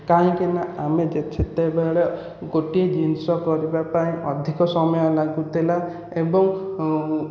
କାହିଁକିନା ଆମେ ସେତେବେଳେ ଗୋଟିଏ ଜିନିଷ କରିବା ପାଇଁ ଅଧିକ ସମୟ ଲାଗୁଥିଲା ଏବଂ